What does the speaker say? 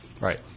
Right